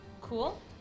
Cool